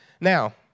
Now